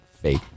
Fake